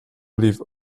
leave